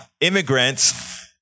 immigrants